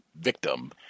victim